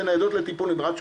זה ניידות לטיפול נמרץ,